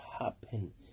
happen